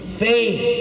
faith